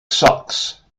sucks